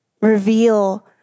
Reveal